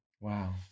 Wow